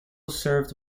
served